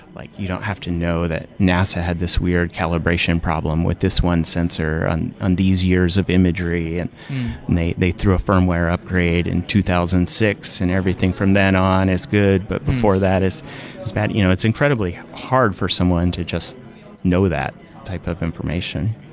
like you don't have to know that nasa had this weird calibration problem with this one sensor on on these years of imagery. and they they threw a firmware upgrade in two thousand and six and everything from then on is good. but before that, it's bad. you know it's incredibly hard for someone to just know that type of information